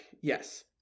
yes